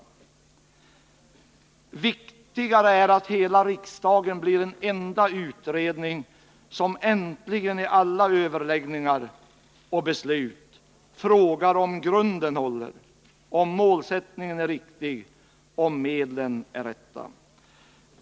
Men viktigare är ändå att hela riksdagen äntligen blir en enda utredning som när det gäller alla överlägg 7 Respekten för människolivet ningar och beslut frågar om grunden håller, om målsättningen är riktig, om medlen är de rätta.